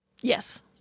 Yes